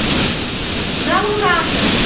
غلبہٕ گاسہٕ